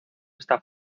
esta